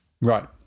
right